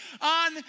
on